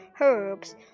herbs